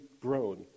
grown